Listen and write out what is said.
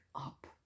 up